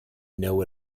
know